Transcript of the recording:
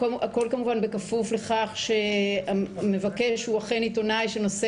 הכל כמובן בכפוף לכך שהמבקש הוא אכן עיתונאי שנושא